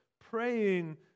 praying